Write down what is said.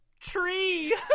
tree